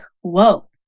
whoa